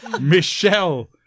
Michelle